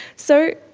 so,